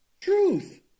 truth